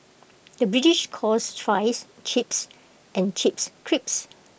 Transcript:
the British calls Fries Chips and Chips Crisps